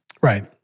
Right